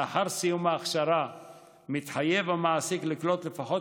לאחר סיום ההכשרה מתחייב המעסיק לקלוט לפחות